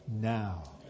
now